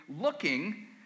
looking